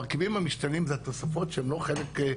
המרכיבים המשתנים זה התוספות שהן לא חלק,